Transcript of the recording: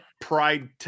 pride